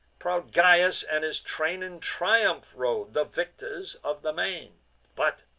proud gyas and his train in triumph rode, the victors of the main but,